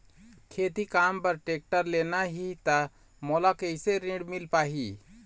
खेती काम बर टेक्टर लेना ही त मोला कैसे ऋण मिल पाही?